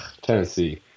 Tennessee